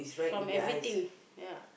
from everything yeah